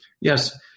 Yes